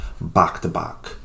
back-to-back